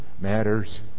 matters